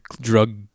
drug